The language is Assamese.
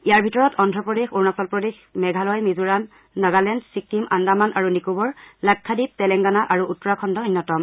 ইয়াৰে ভিতৰত অন্ধ্ৰপ্ৰদেশ অৰুণাচলপ্ৰদেশ মেঘালয় মিজোৰাম নগালেণ্ড ছিক্কিম আন্দামান আৰু নিকোবৰ লাক্ষাদ্বীপ তেলেংগানা আৰু উত্তৰাখণ্ড অন্যতম